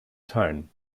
tone